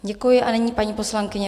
Děkuji a nyní paní poslankyně